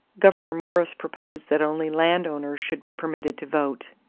gouverneur morris proposed that only land owners should be permitted to vote.